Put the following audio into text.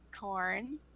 corn